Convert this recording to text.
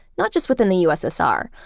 not just within the ussr,